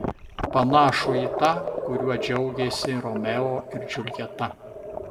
panašų į tą kuriuo džiaugėsi romeo ir džiuljeta